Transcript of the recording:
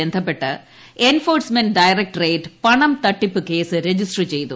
ബന്ധപ്പെട്ട് enforcement directorate പണം തട്ടിപ്പ് കേസ് രജിസ്റ്റർ ചെയ്തു